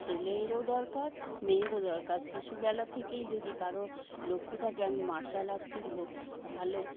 ছেলেরও দরকার মেয়েরও দরকার শিশুবেলা থেকেই যদি করো লক্ষ্য থাকে আমি মার্শাল আর্ট শিখব তাহলে